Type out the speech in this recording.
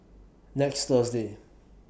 next Thursday